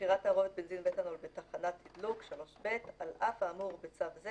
מכירת תערובת בנזין מתנול בתחנת תדלוק "3ב על אף האמור בצו זה,